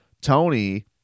Tony